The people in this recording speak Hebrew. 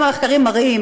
מחקרים מראים